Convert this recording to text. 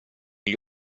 gli